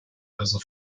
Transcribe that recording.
also